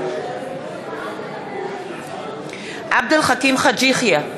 בעד עבד אל חכים חאג' יחיא,